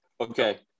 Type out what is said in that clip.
Okay